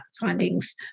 findings